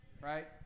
Right